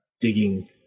digging